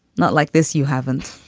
not like this, you haven't